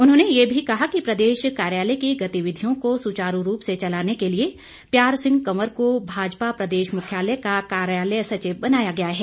उन्होंने ये भी कहा कि प्रदेश कार्यालय की गतिविधियों को सुचारू रूप से चलाने के लिए प्यार सिंह कंवर को भाजपा प्रदेश मुख्यालय का कार्यालय सचिव बनाया गया है